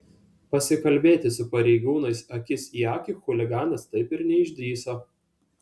pasikalbėti su pareigūnais akis į akį chuliganas taip ir neišdrįso